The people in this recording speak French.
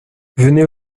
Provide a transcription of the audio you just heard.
venez